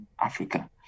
Africa